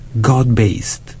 God-based